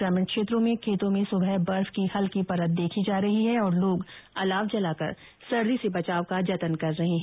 ग्रामीण क्षेत्रों में खेतों में सुबह बर्फ की हल्की परत देखी जा रही है और लोग अलाव जलाकर सर्दी से बचाव का जतन कर रहे है